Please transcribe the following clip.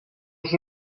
els